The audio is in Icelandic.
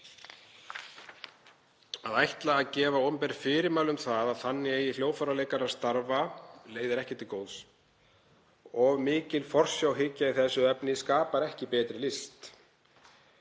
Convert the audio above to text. Að ætla að gefa opinber fyrirmæli um að þannig eigi hljóðfæraleikarar að starfa leiðir ekki til góðs. Of mikil forsjárhyggja í þessu efni skapar ekki betri list.